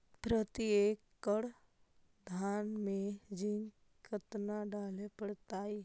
प्रती एकड़ धान मे जिंक कतना डाले पड़ताई?